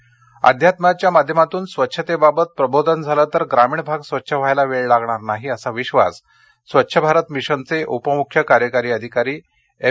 स्वच्छ परभणी अध्यात्माच्या माध्यमातून स्वच्छतेबाबत प्रबोधन झालं तर ग्रामीण भाग स्वच्छ व्हायला वेळ लागणार नाही असा विश्वास स्वच्छ भारत मिशनचे उपमुख्य कार्यकारी अधिकारी एम